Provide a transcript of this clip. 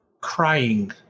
crying